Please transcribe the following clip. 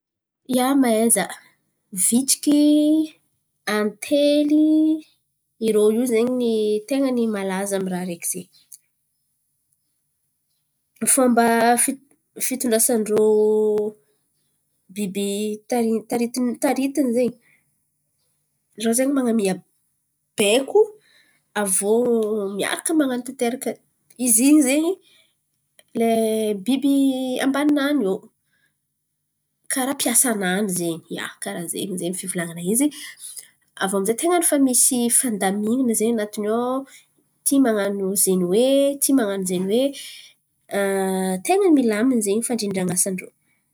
Ia, mahay za vitsiky, antely irô io zen̈y tain̈a ny malaza amy raha araiky zen̈y. Fomba fitondrasan-drô biby tary tarity taritiny zen̈y rô man̈amia baiko. Aviô miaraka man̈atanteraka, izy in̈y ze lay biby ambani-nany io karà piasa-nany zen̈y. Ia, karà zen̈y zen̈y ze fivolan̈ana izy. Aviô amizay tain̈a ny misy fandaminan̈a zen̈y anatiny ao ty manano zen̈y oe ty manano zen̈y oe, tain̈a milamin̈y zen̈y fandridran̈a asan-drô.